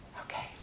Okay